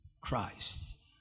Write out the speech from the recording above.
Christ